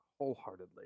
wholeheartedly